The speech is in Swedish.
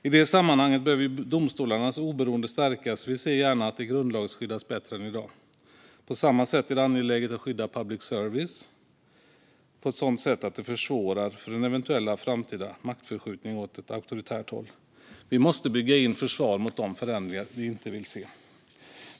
I det sammanhanget behöver domstolarnas oberoende stärkas, och vi ser gärna att det grundlagsskyddas bättre än i dag. På samma sätt är det angeläget att skydda public service på ett sådant sätt att det försvårar för en eventuell framtida maktförskjutning åt ett auktoritärt håll. Vi måste bygga in ett försvar mot de förändringar vi inte vill se.